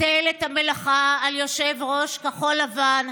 הטל את המלאכה על יושב-ראש כחול לבן,